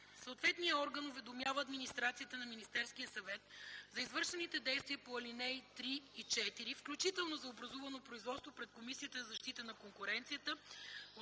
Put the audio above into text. Съответният орган уведомява администрацията на Министерския съвет за извършените действия по ал. 3 и 4, включително за образувано производство пред Комисията за защита на конкуренцията